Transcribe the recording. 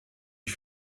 ich